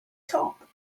top